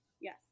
Yes